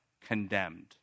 Condemned